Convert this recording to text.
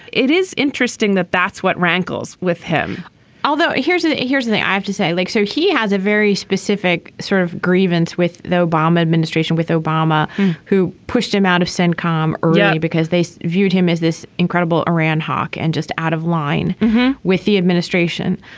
it is interesting that that's what rankles with him although here's here's the thing i i have to say like so he has a very specific sort of grievance with the obama administration with obama who pushed him out of centcom because they viewed him as this incredible iran hawk and just out of line with the administration.